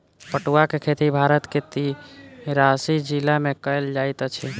पटुआक खेती भारत के तिरासी जिला में कयल जाइत अछि